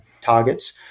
targets